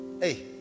Hey